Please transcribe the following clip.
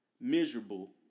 miserable